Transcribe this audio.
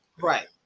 right